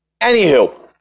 anywho